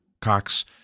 Cox